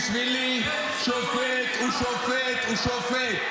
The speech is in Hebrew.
בשבילי שופט הוא שופט הוא שופט,